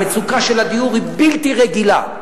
מצוקת הדיור היא בלתי רגילה.